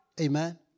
Amen